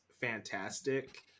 fantastic